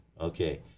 okay